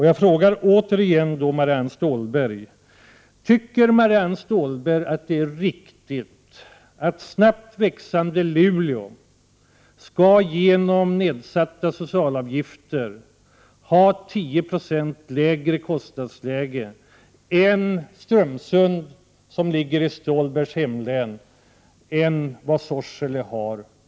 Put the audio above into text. Jag frågar Marianne Stålberg: Tycker Marianne Stålberg att det är riktigt att snabbt växande Luleå skall genom nedsatta socialavgifter ha 10 26 lägre kostnadsläge än Strömsund, som ligger i Marianne Stålbergs hemlän, eller Sorsele?